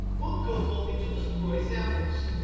mutko told me to destroy samples.